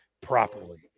properly